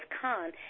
Khan